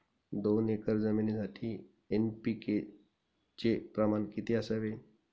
दोन एकर जमीनीसाठी एन.पी.के चे प्रमाण किती असावे?